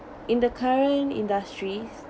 in the current industries